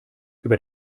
über